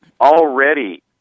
already